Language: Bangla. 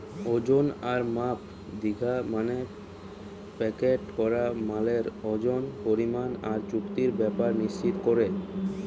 ওজন আর মাপ দিখা মানে প্যাকেট করা মালের ওজন, পরিমাণ আর চুক্তির ব্যাপার নিশ্চিত কোরা